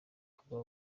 kuba